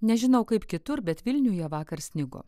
nežinau kaip kitur bet vilniuje vakar snigo